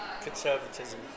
conservatism